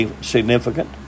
significant